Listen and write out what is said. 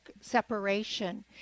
separation